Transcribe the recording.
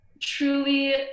truly